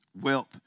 Wealth